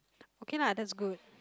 okay lah that's good